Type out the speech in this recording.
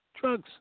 Drugs